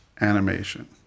animation